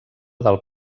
del